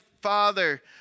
Father